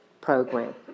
program